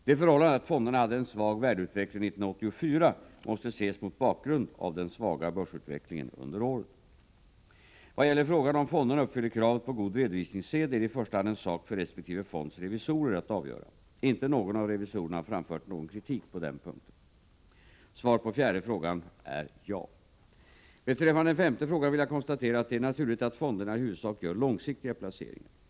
Det förhållandet att fonderna hade en svag värdeutveckling 1984 måste ses mot bakgrund av den svaga börsutvecklingen under året. Vad gäller frågan om fonderna uppfyller kravet på god redovisningssed, är detta i första hand en sak för resp. fonds revisorer att avgöra. Inte någon av revisorerna har framfört någon kritik på denna punkt. Svaret på fjärde frågan är ja. Beträffande den femte frågan vill jag konstatera att det är naturligt att fonderna i huvudsak gör långsiktiga placeringar.